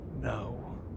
No